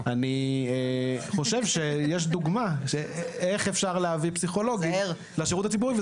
אני חושב שיש דוגמה איך אפשר להביא פסיכולוגים לשירות הציבורי,